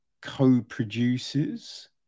Co-produces